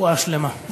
רפואה שלמה.